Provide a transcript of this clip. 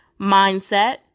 mindset